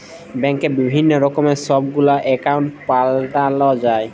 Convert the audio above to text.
ব্যাংকে বিভিল্ল্য রকমের ছব গুলা একাউল্ট পাল্টাল যায়